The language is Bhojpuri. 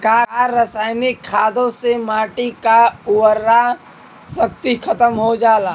का रसायनिक खादों से माटी क उर्वरा शक्ति खतम हो जाला?